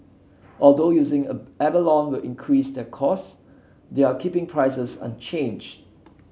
although using a abalone will increase their cost they are keeping prices unchanged